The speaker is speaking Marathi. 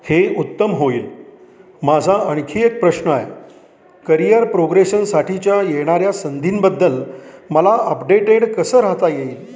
हे उत्तम होईल माझा आणखी एक प्रश्न आहे करियर प्रोग्रेशनसाठीच्या येणाऱ्या संधींबद्दल मला अपडेटेड कसं राहता येईल